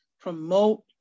promote